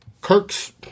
Kirk's